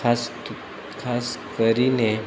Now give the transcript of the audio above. ખાસ ત ખાસ કરીને